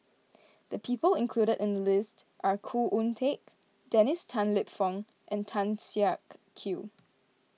the people included in the list are Khoo Oon Teik Dennis Tan Lip Fong and Tan Siak Kew